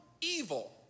evil